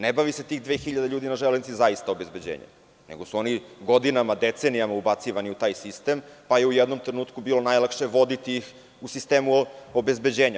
Ne bavi se tih dve hiljade ljudi na železnici zaista obezbeđenjem nego su oni godinama, decenijama ubacivani u taj sistem, pa je u jednom trenutku bilo najlakše voditi i u sistemu obezbeđenja.